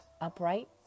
upright